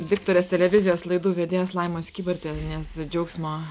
diktorės televizijos laidų vedėjos laimos kybartienės džiaugsmo